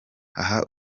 aha